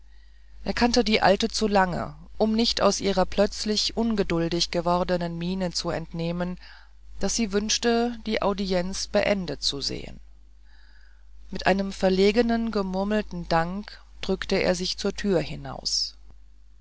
er kannte die alte zu lange um nicht aus ihrer plötzlich ungeduldig gewordenen miene zu entnehmen daß sie wünschte die audienz beendet zu sehen mit einem verlegen gemurmelten dank drückte er sich zur tür hinaus